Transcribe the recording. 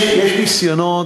תראי, יש ניסיונות,